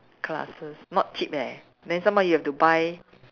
classes not cheap eh then some more you have to buy